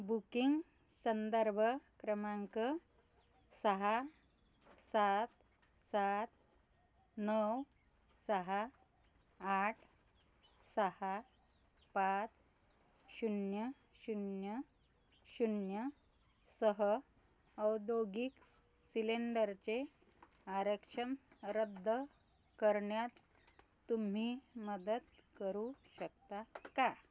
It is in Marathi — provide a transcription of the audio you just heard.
बुकिंग संदर्भ क्रमांक सहा सात सात नऊ सहा आठ सहा पाच शून्य शून्य शून्यसह औद्योगिक सिलेंडरचे आरक्षण रद्द करण्यात तुम्ही मदत करू शकता का